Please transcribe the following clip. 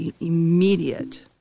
immediate